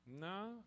No